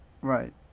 Right